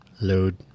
load